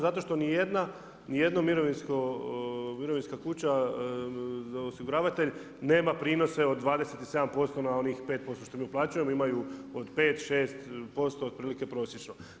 Zato što ni jedna mirovinska kuća, osiguravatelj nema prinose od 27% na onih 5% što mi uplaćujemo Imaju od 5, 6% otprilike prosječno.